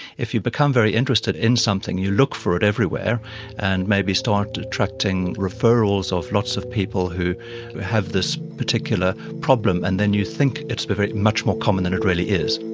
if you become very interested in something you look for it everywhere and maybe start attracting referrals of lots of people who have this particular problem, and then you think it's much more common than it really is.